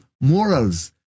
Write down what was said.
morals